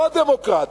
לא הדמוקרטית,